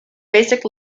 basic